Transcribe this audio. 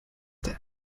der